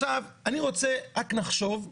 עכשיו, אני רוצה רק נחשוב,